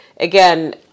Again